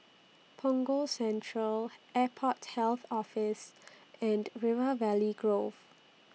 Punggol Central Airport Health Office and River Valley Grove